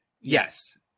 Yes